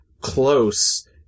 close